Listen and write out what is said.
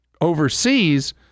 overseas